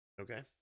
Okay